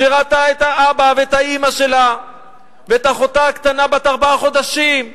שראתה את האבא ואת האמא שלה ואת אחותה הקטנה בת ארבעה חודשים,